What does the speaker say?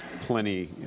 plenty